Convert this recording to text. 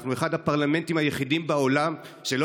אנחנו אחד הפרלמנטים היחידים בעולם שלא